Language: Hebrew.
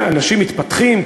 אנשים מתפתחים,